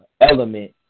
element